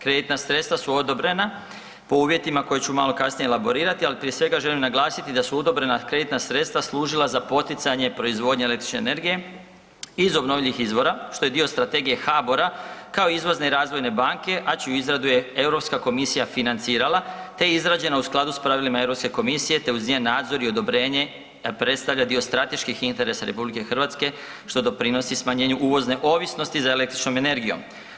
Kreditna sredstva su odobrena koje ću malo kasnije elaborirati, ali prije svega želim naglasiti da su odobrena kreditna sredstva služila za poticanje proizvodnje električne energije iz obnovljivih izvora što je dio strategije HABOR-a kao izvozne i razvojne banke, a čiju izradu je Europska komisija financirala te je izrađena u skladu s pravilima Europske komisije te uz njezin nadzor i odobrenje da predstavlja dio strateških interesa RH što doprinosi smanjenju uvozne ovisnosti za električnom energijom.